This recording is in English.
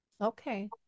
Okay